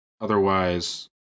Otherwise